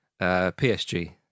PSG